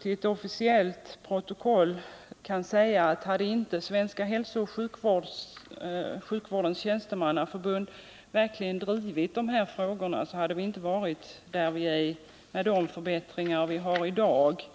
Till ett officiellt protokoll kan man väl säga, att hade inte Svenska hälsooch sjukvårdens tjänstemannaförbund verkligen drivit dessa frågor hade vi inte haft de förbättringar vi har i dag.